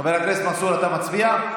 חבר הכנסת מנסור, אתה מצביע?